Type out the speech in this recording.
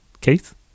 Keith